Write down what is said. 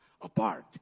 apart